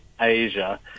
Asia